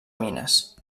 mines